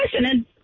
listening